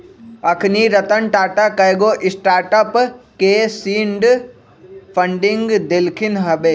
अखनी रतन टाटा कयगो स्टार्टअप के सीड फंडिंग देलखिन्ह हबे